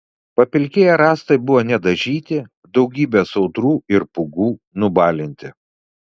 papilkėję rąstai buvo nedažyti daugybės audrų ir pūgų nubalinti